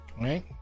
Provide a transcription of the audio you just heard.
right